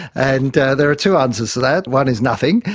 and there are two answers to that. one is nothing.